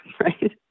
Right